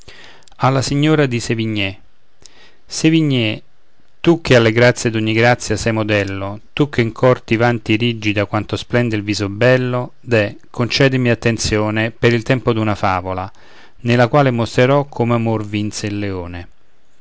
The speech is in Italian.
alla signorina di sévigné sévigné tu che alle grazie d'ogni grazia sei modello tu che in cor ti vanti rigida quanto splende il viso bello deh concedimi attenzione per il tempo d'una favola nella quale mostrerò come amor vinse il leone